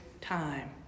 time